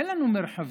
אין לנו מרחבים.